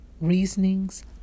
reasonings